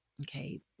Okay